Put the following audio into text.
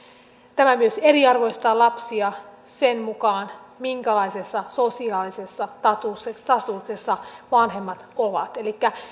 tämä myös eriarvoistaa lapsia sen mukaan minkälaisessa sosiaalisessa statuksessa vanhemmat ovat elikkä